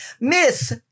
Miss